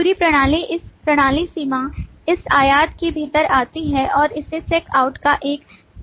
पूरी प्रणाली इस प्रणाली सीमा इस आयत के भीतर आती है और इसे चेक आउट का एक विषय नाम दिया जाता है